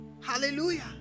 Hallelujah